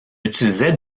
utilisait